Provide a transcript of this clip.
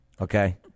Okay